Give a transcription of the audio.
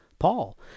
paul